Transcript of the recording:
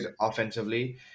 offensively